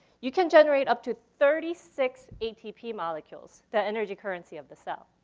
you can generate up to thirty six atp molecules, the energy currency of the cell.